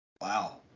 wow